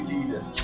Jesus